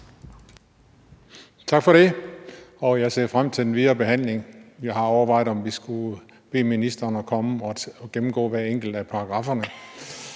Tak for det. Jeg ser frem til den videre behandling. Jeg har overvejet, om vi skulle bede ministeren komme og gennemgå hver enkelt paragraf